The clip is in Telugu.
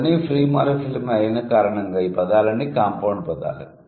ఇవన్నీ ఫ్రీ మార్ఫిమ్ల అయిన కారణంగా ఈ పదాలన్నీ కాంపౌండ్ పదాలు